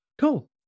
Cool